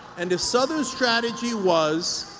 and the southern strategy was,